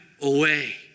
away